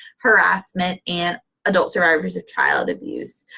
harassment, and adult survivors of child abuse.